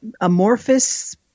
amorphous